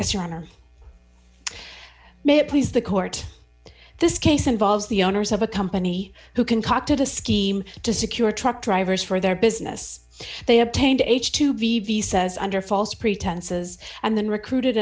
as your honor may it please the court this case involves the owners of a company who concocted a scheme to secure truck drivers for their business they obtained h two b v says under false pretenses and then recruited